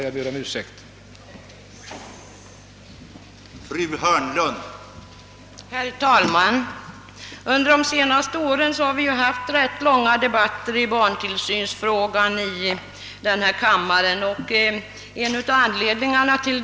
Jag ber om ursäkt för det.